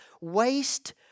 waste